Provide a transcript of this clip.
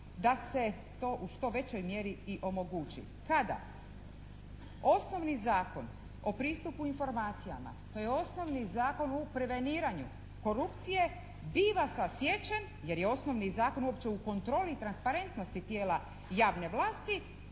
da se to u što većoj mjeri i omogući. Kada? Osnovni Zakon o pristupu informacijama, to je osnovni zakon u preveniranju korupcije biva sasječen jer je osnovni zakon uopće u kontroli transparentnosti tijela javne vlasti